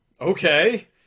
Okay